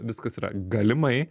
viskas yra galimai